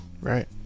Right